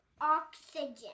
oxygen